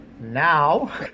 Now